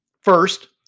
First